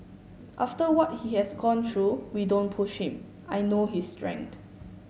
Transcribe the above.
after what he has gone through we don't push him I know his strength